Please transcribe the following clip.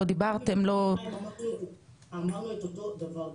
לא דיברתם לא --- אמרנו את אותו דבר בדיוק,